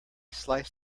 slice